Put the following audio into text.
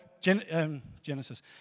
Genesis